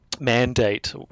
mandate